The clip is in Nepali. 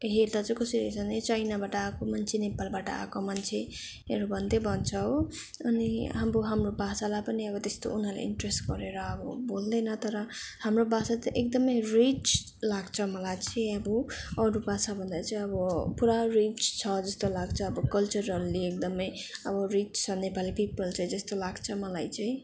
हेर्दा चाहिँ कसरी हेर्छ भने चाइनाबाट आएको मान्छे नेपालबाट आएको मान्छेहरू भन्दै भन्छ हो अनि अब हाम्रो भाषालाई पनि अब त्यस्तो उनीहरूले इन्ट्रेस गरेर अब बोल्दैन तर हाम्रो भाषा चाहिँ एकदमै रिच लाग्छ मलाई चाहिँ अब अरू भाषाभन्दा चाहिँ अब पुरा रिच छ जस्तो लाग्छ अब कल्चरली एकदमै अब रिच छ नेपाली पिपल चाहिँ जस्तो लाग्छ मलाई चाहिँ